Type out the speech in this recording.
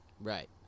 Right